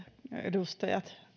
edustajat